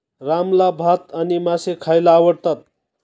रामला भात आणि मासे खायला आवडतात